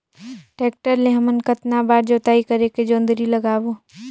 Tractor ले हमन कतना बार जोताई करेके जोंदरी लगाबो?